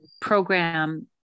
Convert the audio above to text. program